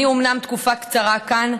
אני אומנם תקופה קצרה כאן,